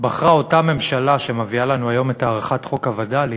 בחרה אותה ממשלה שמביאה לנו היום את הארכת חוק הווד"לים,